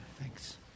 Thanks